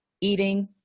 eating